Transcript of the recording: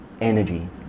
energy